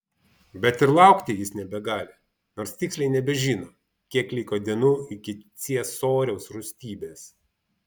bet ir laukti jis nebegali nors tiksliai nebežino kiek liko dienų iki ciesoriaus rūstybės